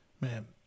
Man